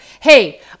Hey